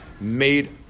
made